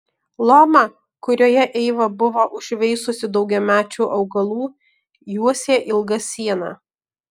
lomą kurioje eiva buvo užveisusi daugiamečių augalų juosė ilga siena